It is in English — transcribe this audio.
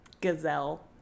gazelle